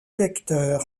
lecteur